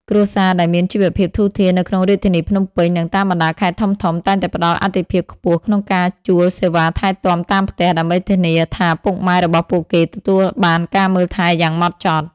គ្រួសារដែលមានជីវភាពធូរធារនៅក្នុងរាជធានីភ្នំពេញ និងតាមបណ្ដាខេត្តធំៗ តែងតែផ្ដល់អាទិភាពខ្ពស់ក្នុងការជួលសេវាថែទាំតាមផ្ទះ ដើម្បីធានាថាពុកម៉ែរបស់ពួកគេទទួលបានការមើលថែយ៉ាងហ្មត់ចត់។